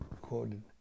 quoted